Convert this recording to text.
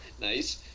Nice